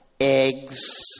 eggs